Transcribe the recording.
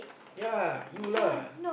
ya you lah